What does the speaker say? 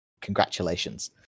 Congratulations